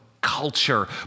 culture